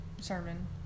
sermon